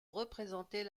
représenter